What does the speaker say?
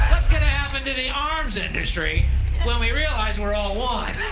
gonna happen to the arms industry when we realize we're all one?